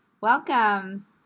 welcome